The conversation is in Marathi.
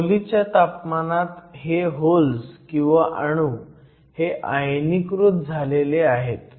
खोलीच्या तापमानात हे होल्स किंवा अणू हे आयनीकृत झालेले आहेत